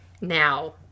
now